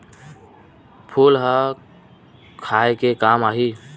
फूल ह खाये के काम आही?